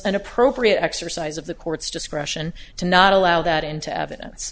an appropriate exercise of the court's discretion to not allow that into evidence